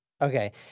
Okay